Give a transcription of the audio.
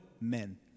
men